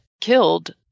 killed